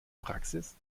praxis